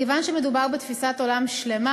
מכיוון שמדובר בתפיסת עולם שלמה,